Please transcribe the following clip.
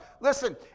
Listen